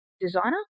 designer